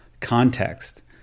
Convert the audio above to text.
context